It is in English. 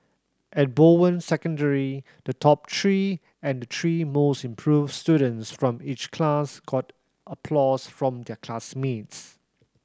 at Bowen Secondary the top three and the three most improved students from each class got applause from their classmates